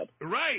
Right